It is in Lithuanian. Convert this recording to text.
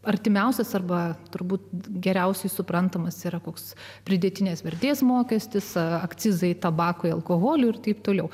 artimiausias arba turbūt geriausiai suprantamas yra koks pridėtinės vertės mokestis akcizai tabakui alkoholiui ir taip toliau